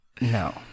No